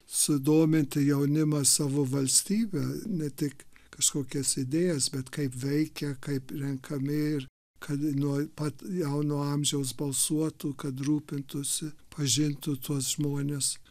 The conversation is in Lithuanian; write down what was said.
sudominti jaunimą savo valstybe ne tik kažkokias idėjas bet kaip veikia kaip renkami ir kad nuo pat jauno amžiaus balsuotų kad rūpintųsi pažintų tuos žmones